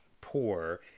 poor